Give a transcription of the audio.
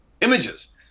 images